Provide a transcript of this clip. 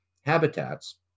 habitats